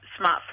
smartphone